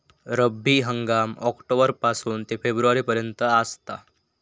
रब्बी हंगाम ऑक्टोबर पासून ते फेब्रुवारी पर्यंत आसात